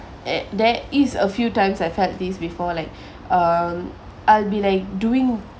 and there is a few times I've had this before like um I'll be like doing